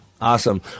Awesome